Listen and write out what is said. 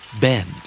Bend